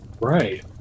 Right